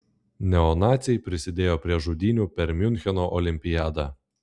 neonaciai prisidėjo prie žudynių per miuncheno olimpiadą